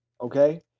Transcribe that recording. okay